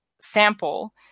sample